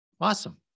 awesome